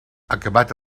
acabat